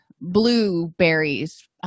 blueberries